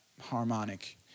harmonic